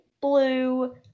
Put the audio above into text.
blue